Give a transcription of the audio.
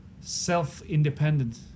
self-independent